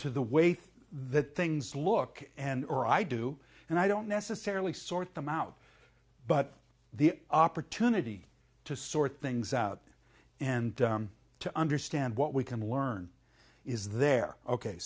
the way that things look and or i do and i don't necessarily sort them out but the opportunity to sort things out and to understand what we can learn is there ok